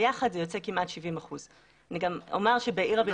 יחד זה יוצא כמעט 70%. אני גם אומר שבעיר הבירה